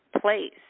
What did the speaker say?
place